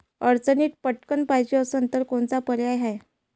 अडचणीत पटकण पायजे असन तर कोनचा पर्याय हाय?